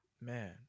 man